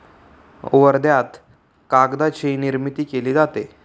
वर्ध्यात कागदाची निर्मिती केली जाते